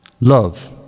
Love